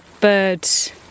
birds